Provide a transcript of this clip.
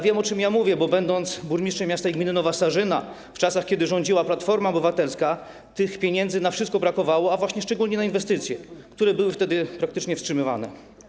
Wiem, o czym mówię, bo kiedy byłem burmistrzem miasta i gminy Nowa Sarzyna w czasach, kiedy rządziła Platforma Obywatelska, pieniędzy na wszystko brakowało, a właśnie szczególnie na inwestycje, które były wtedy praktycznie wstrzymywane.